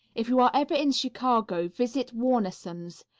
if you are ever in chicago, visit warnesson's.